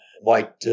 white